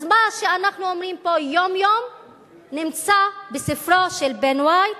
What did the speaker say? אז מה שאנחנו אומרים פה יום-יום נמצא בספרו של בן ווייט,